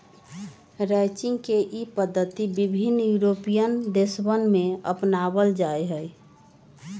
ranching के ई पद्धति विभिन्न यूरोपीयन देशवन में अपनावल जाहई